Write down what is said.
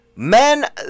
Men